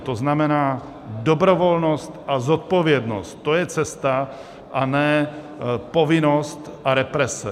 To znamená dobrovolnost a zodpovědnost, to je cesta, a ne povinnost a represe.